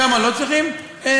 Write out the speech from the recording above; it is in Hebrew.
שם לא צריך בנייה?